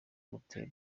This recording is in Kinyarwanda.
gutera